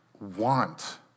want